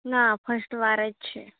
ના ફર્સ્ટ વાર જ છે